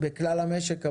בכלל המשק,